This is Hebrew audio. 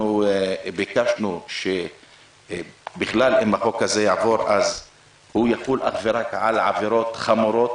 אנחנו ביקשנו שאם החוק הזה יעבור אז הוא יחול אך ורק על עבירות חמורות